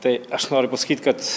tai aš noriu pasakyt kad